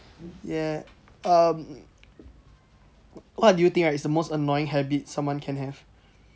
ya um what do you think right it's the most annoying habit that someone can have